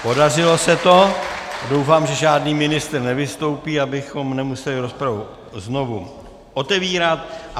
Podařilo se to, doufám, že žádný ministr nevystoupí, abychom nemuseli rozpravu znovu otevírat.